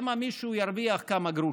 שמא מישהו ירוויח כמה גרושים.